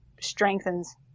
strengthens